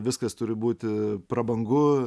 viskas turi būti prabangu